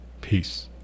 Peace